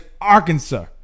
Arkansas